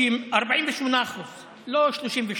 50% 48%. לא 32%,